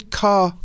car